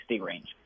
range